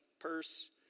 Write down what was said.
purse